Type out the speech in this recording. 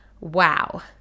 Wow